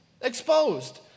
exposed